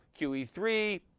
QE3